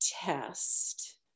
test